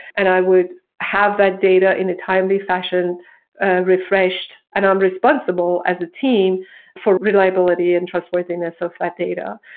and i would have that data in a timely fashion refreshed, and i'm responsible as a team for reliability and trustworthiness of that data.